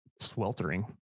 sweltering